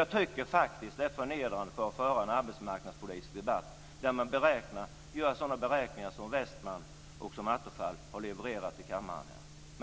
Jag tycker faktiskt att det är förnedrande att behöva föra en allmänpolitisk debatt, där man levererar sådana beräkningar som Westman och Attefall gör.